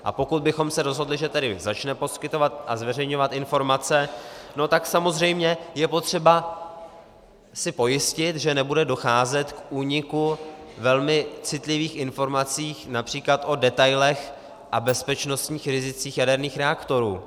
A pokud bychom se rozhodli, že tedy začne poskytovat a zveřejňovat informace, tak samozřejmě je potřeba si pojistit, že nebude docházet k úniku velmi citlivých informací, např. o detailech a bezpečnostních rizicích jaderných reaktorů.